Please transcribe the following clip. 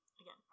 again